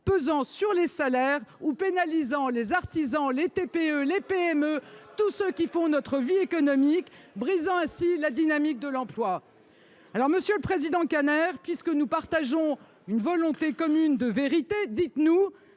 pesant sur les salaires ou pénalisant les artisans, les TPE, les PME et tous ceux qui font notre vie économique, brisant ainsi la dynamique de l'emploi. Monsieur le président Kanner, puisque nous partageons une volonté commune de vérité, exposez-nous